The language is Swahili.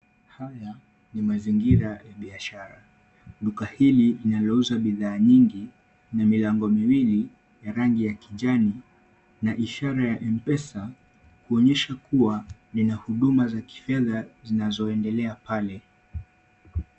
Haya ni mazingira ya biashara. Duka hili linalouza bidhaa nyingi na milango miwili ya rangi ya kijani na ishara ya mpesa kuonyesha kuwa lina huduma zinazoendelea pale.